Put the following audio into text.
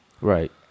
Right